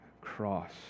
cross